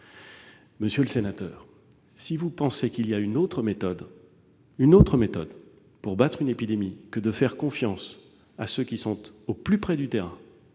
Monsieur le sénateur, si vous pensez qu'il existe une autre méthode pour vaincre une épidémie que de faire confiance à ceux qui sont au plus près du terrain